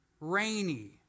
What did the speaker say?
Rainy